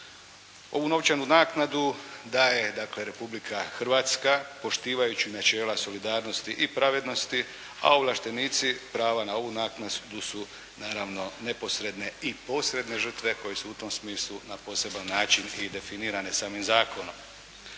Ovu novčanu naknadu daje dakle Republika Hrvatska poštivajući načela solidarnosti i pravednosti a ovlaštenici prava na ovu naknadu su naravno neposredne i posredne žrtve koje su u tom smislu na poseban način i definirane samim zakonom.